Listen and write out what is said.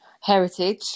heritage